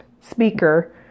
speaker